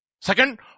Second